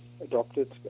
adopted